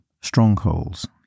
strongholds